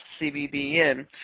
CBBN